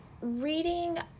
reading